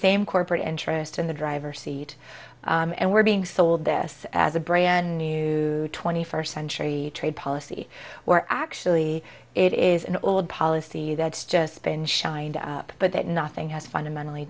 same corporate interest in the driver seat and we're being sold this as a brand new twenty first century trade policy actually it is an old policy that's just been shined up but that nothing has fundamentally